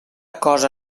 cosa